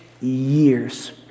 years